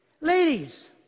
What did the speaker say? Ladies